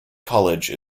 college